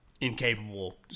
incapable